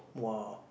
!wah!